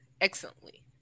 excellently